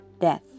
death